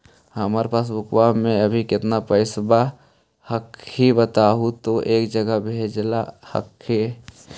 हमार पासबुकवा में अभी कितना पैसावा हक्काई बताहु तो एक जगह भेजेला हक्कई?